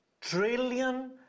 trillion